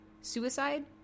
suicide